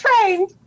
trained